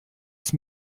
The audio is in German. ist